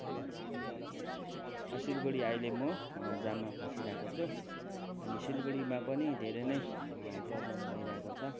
सिलगढीको भनौँ डाइरेक्ट सिलगढी अहिले म जाममा फँसिरहेको छु अनि सिलगढीमा पनि धेरै नै प्रब्लम भइरहेको छ